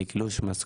לתלוש משכורת,